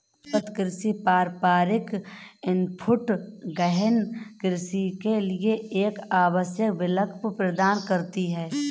सतत कृषि पारंपरिक इनपुट गहन कृषि के लिए एक आवश्यक विकल्प प्रदान करती है